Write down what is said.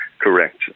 correct